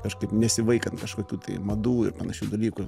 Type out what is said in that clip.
kažkaip nesivaikant kažkokių tai madų ir panašių dalykų